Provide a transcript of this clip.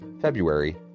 February